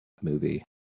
movie